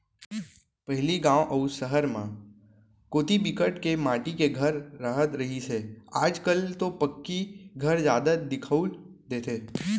पहिली गाँव अउ सहर म कोती बिकट के माटी के घर राहत रिहिस हे आज कल तो पक्की घर जादा दिखउल देथे